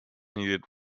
needed